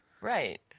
right